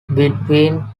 between